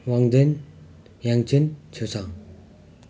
Wangden Yangchen Chhesang